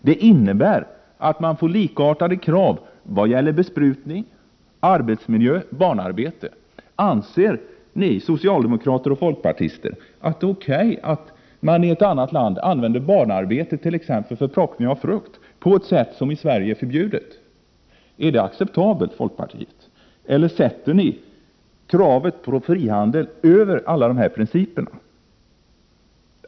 Det innebär att det ställs likartade krav vad gäller besprutning, arbetsmiljö och barnarbete. Anser ni socialdemokrater och folkpartister att det är okej att man i ett annat land använder barn t.ex. för plockning av frukt på ett sätt som är förbjudet i Sverige? Är det acceptabelt, folkpartiet? Eller sätter ni kravet på frihandel över alla dessa principer?